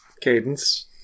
cadence